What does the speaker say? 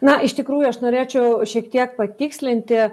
na iš tikrųjų aš norėčiau šiek tiek patikslinti